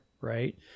right